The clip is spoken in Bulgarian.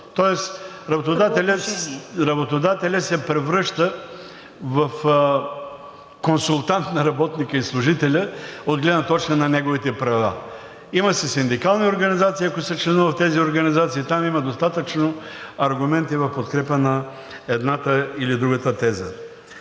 …работодателят се превръща в консултант на работника и служителя от гледна точка на неговите права. Има си синдикални организации, ако се членува в тези организации, там има достатъчно аргументи в подкрепа на едната или другата теза.